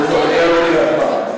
דיון במליאה לא יקרה אף פעם.